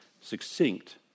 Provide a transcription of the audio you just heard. succinct